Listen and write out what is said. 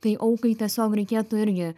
tai aukai tiesiog reikėtų irgi